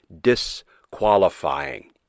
disqualifying